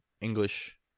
English